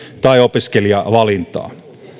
tai opiskelijavalintaan